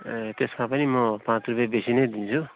ए त्यसमा पनि म पाँच रुपियाँ बेसी नै दिन्छु